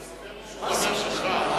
אבל הוא סיפר לי שהוא חבר שלך.